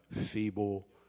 feeble